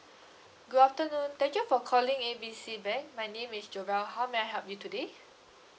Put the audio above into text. good afternoon thank you for calling A B C bank my name is jovelle how may I help you today